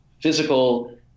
physical